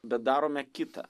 bet darome kitą